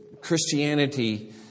Christianity